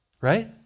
right